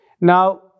Now